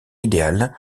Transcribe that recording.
idéale